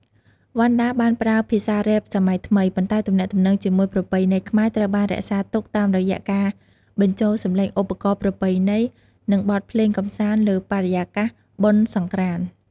វណ្ណដាបានប្រើភាសាររ៉េបសម័យថ្មី ប៉ុន្តែទំនាក់ទំនងជាមួយប្រពៃណីខ្មែរត្រូវបានរក្សាទុកតាមរយៈការបញ្ចូលសម្លេងឧបករណ៍ប្រពៃណី និងបទភ្លេងកម្សាន្តលើបរិយាកាសបុណ្យសង្រ្កាន្ត។